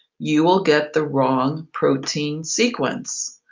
you will get the wrong protein sequence,